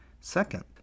Second